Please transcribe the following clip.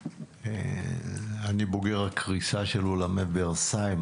אני בוגר הקריסה של אולמי ורסאי,